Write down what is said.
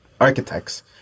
architects